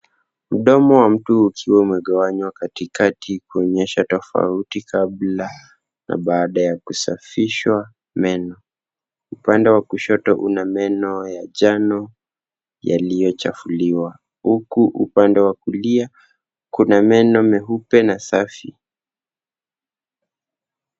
Mdomo wa mtu ukiwa umegawanywa katikati kuonyesha tofauti kabla na baada ya kusafishwa meno. Upande wa kushoto una meno ya njano yaliochafuliwa uku upande wa kulia kuna meno meupe na safi.